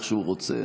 איך שהוא רוצה,